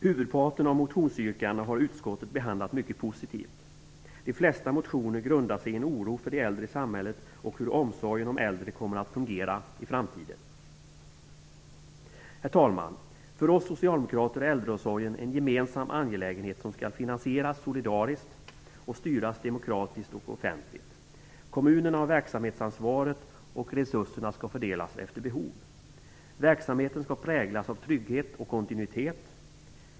Merparten av motionsyrkandena har utskottet behandlat mycket positivt. De flesta motionerna grundas på en oro för de äldre i samhället och på hur omsorgen om äldre i framtiden kommer att fungera. Herr talman! För oss socialdemokrater är äldreomsorgen en gemensam angelägenhet som skall finansieras solidariskt och som skall styras demokratiskt och offentligt. Kommunerna har verksamhetsansvaret, och resurserna skall fördelas efter behov. Verksamheten skall präglas av trygghet och kontinuitet.